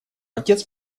отец